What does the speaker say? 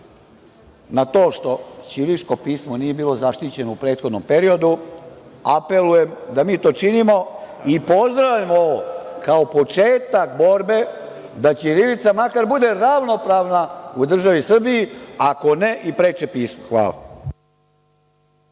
na to što ćiriličko pismo nije bilo zaštićeno u prethodnom periodu, apelujem da mi to činimo i pozdravljam ovo kao početak borbe da ćirilica makar bude ravnopravna u državi Srbiji, ako ne i preče pismo. Hvala.